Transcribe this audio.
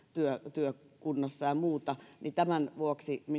työkunnossa ja muuta tämän vuoksi